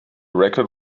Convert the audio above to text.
record